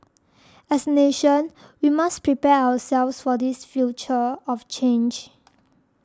as a nation we must prepare ourselves for this future of change